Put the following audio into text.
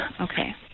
okay